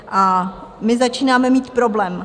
A my začínáme mít problém.